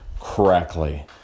correctly